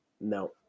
No